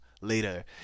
later